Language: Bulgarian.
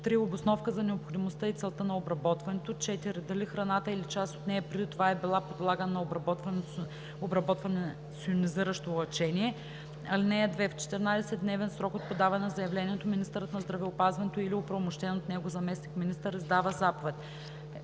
3. обосновка за необходимостта и целта на обработването; 4. дали храната или част от нея преди това е била подлагана на обработване с йонизиращо лъчение. (2) В 14-дневен срок от подаване на заявлението министърът на здравеопазването или оправомощен от него заместник-министър издава заповед: